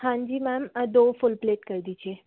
हाँ जी मैम दो फुल प्लेट कर दीजिए